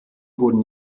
wurden